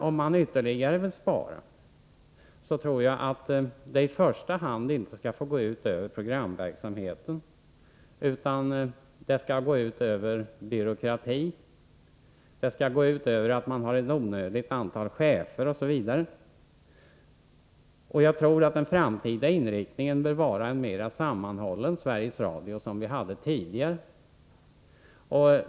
Om man vill spara ytterligare, då tycker jag att det i första hand inte skall gå ut över programverksamheten, utan det skall gå ut över byråkratin, ett onödigt stort antal chefer, osv. Jag tror att den framtida inriktningen bör vara ett mera sammanhållet Sveriges Radio, som vi hade tidigare.